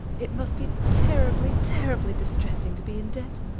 it must be terribly, terribly distressing to be in debt.